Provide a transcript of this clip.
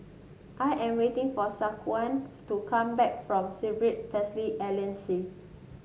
I am waiting for Shaquana to come back from Cerebral Palsy Alliance